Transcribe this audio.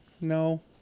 No